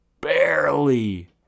barely